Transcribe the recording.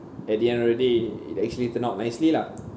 at the end of the day it actually turned out nicely lah